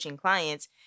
clients